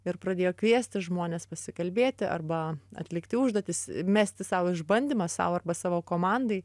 ir pradėjo kviesti žmones pasikalbėti arba atlikti užduotis mesti sau išbandymą sau arba savo komandai